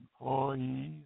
employees